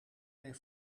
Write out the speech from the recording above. mijn